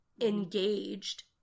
engaged